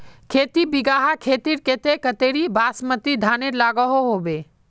खेती बिगहा खेतेर केते कतेरी बासमती धानेर लागोहो होबे?